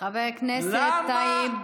חבר הכנסת טייב,